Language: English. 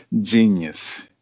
genius